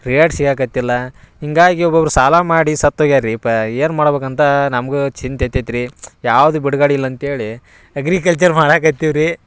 rate ಸಿಗಾಕ್ಕತ್ತಿಲ್ಲ ಹೀಗಾಗಿ ಒಬ್ಬೊಬ್ರು ಸಾಲ ಮಾಡಿ ಸತ್ತು ಹೋಗ್ಯಾರ್ರೀಪ್ಪಾ ಏನ್ಮಾಡ್ಬೇಕು ಅಂತ ನಮ್ಗೂ ಚಿಂತೆ ಹತ್ತೈತಿ ರೀ ಯಾವುದೂ ಬಿಡ್ಗಡೆ ಇಲ್ಲ ಅಂಥೇಳಿ ಅಗ್ರಿಕಲ್ಚರ್ ಮಾಡಾಕತ್ತೀವಿ ರೀ